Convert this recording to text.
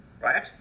right